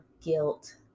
guilt